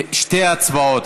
שתי הצבעות,